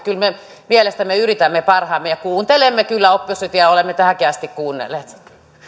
kyllä me mielestämme yritämme parhaamme ja kuuntelemme kyllä oppositiota ja olemme tähänkin asti kuunnelleet